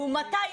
לעומתה,